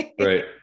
right